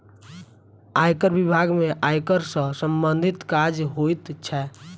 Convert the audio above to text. आयकर बिभाग में आयकर सॅ सम्बंधित काज होइत छै